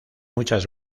muchas